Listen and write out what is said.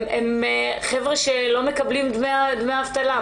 הם חברה שלא מקבלים דמי אבטלה.